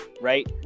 right